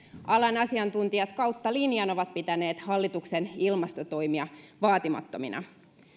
alan asiantuntijat kautta linjan ovat pitäneet hallituksen ilmastotoimia vaatimattomina